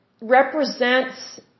represents